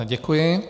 Děkuji.